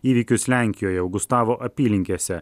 įvykius lenkijoje augustavo apylinkėse